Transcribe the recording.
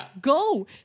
Go